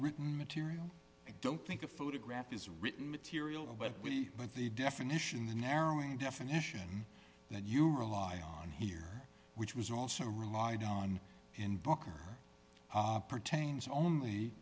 written material i don't think a photograph is written material but we but the definition the narrowing definition that you rely on here which was also relied on in book or pertains only